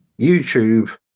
youtube